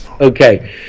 Okay